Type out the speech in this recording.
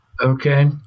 Okay